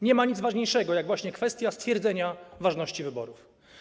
Nie ma nic ważniejszego, jak kwestia stwierdzenia ważności wyborów.